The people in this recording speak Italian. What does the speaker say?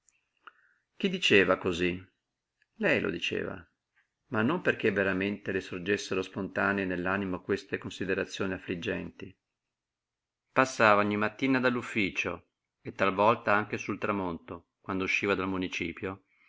chi diceva cosí lei lo diceva ma non perché veramente le sorgessero spontanee nell'animo queste considerazioni affliggenti passava ogni mattina dall'ufficio e talvolta anche sul tramonto quando usciva dal municipio